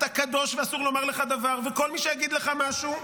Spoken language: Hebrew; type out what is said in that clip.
אתה קדוש ואסור לומר לך דבר וכל מי שיגיד לך משהו,